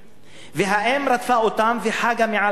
והאם רדפה אותם וחגה מעל ראשיהם.